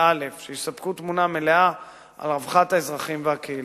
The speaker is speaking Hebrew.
שיספקו תמונה מלאה על רווחת האזרחים והקהילות.